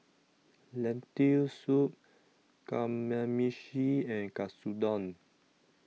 Lentil Soup Kamameshi and Katsudon